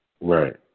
Right